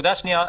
נקודה שנייה,